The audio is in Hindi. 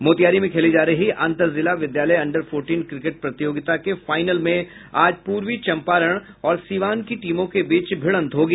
मोतिहारी में खेली जा रही अंतरजिला विद्यालय अंडर फोर्टीन क्रिकेट प्रतियोगिता के फाइनल में आज पूर्वी चंपारण और सिवान की टीमों के बीच भीड़ंत होगी